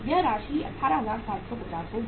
यह 18750 होगी